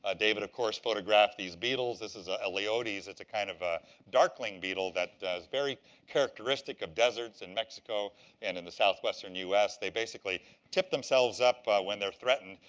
ah david, of course, photographed these beetles. this is ah eleodes. it's kind of a darkling beetle that is very characteristic of deserts in mexico and in the southwestern us. they basically tip themselves up when they're threatened,